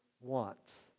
wants